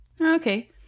Okay